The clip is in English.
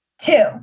Two